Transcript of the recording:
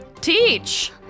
teach